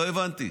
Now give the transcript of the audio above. לא הבנתי.